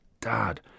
dad